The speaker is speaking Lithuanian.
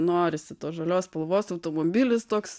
norisi tos žalios spalvos automobilis toks